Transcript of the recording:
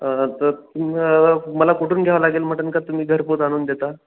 आता तुम मला कुठून घ्यावं लागेल म्हटन का तुम्ही घरपोच आणून देता